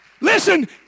Listen